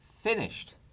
finished